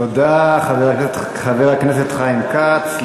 תודה, חבר הכנסת חיים כץ.